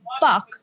buck